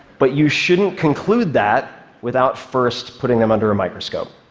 but you shouldn't conclude that without first putting them under a microscope.